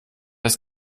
ist